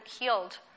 healed